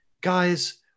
guys